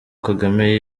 kagame